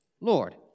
Lord